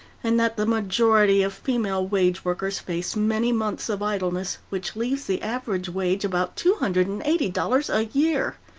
and that the majority of female wage workers face many months of idleness which leaves the average wage about two hundred and eighty dollars a year.